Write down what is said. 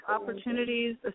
opportunities